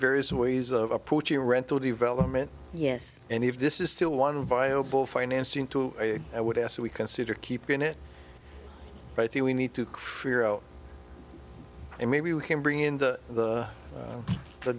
various ways of approaching a rental development yes and if this is still one viable financing to it i would ask that we consider keeping it i think we need to figure out and maybe we can bring into the